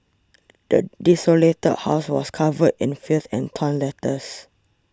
the desolated house was covered in filth and torn letters